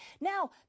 now